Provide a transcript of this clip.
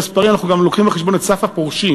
מספרים אנחנו גם מביאים בחשבון את סך כל הפורשים.